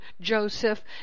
Joseph